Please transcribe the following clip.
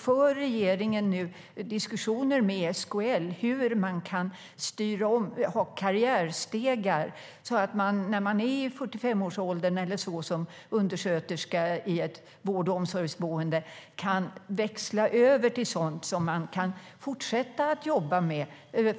För regeringen nu diskussioner med SKL om hur man kan styra om och ha karriärstegar, så att man i 45-årsåldern eller så som undersköterska i ett vård och omsorgsboende kan växla över till sådant som man kan fortsätta att jobba med